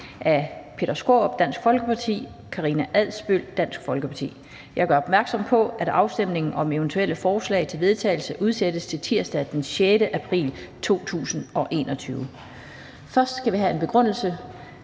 fg. formand (Annette Lind): Jeg gør opmærksom på, at afstemning om eventuelle forslag til vedtagelse udsættes til tirsdag den 6. april 2021. Først skal vi have en begrundelse